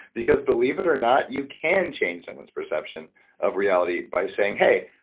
because believe it or not, you can change someone's perception of reality by saying, hey,